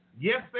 Yes